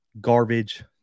garbage